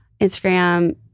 Instagram